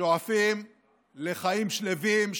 שואפים לחיים שלווים,